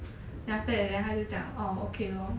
then after that then 他就讲 orh okay lor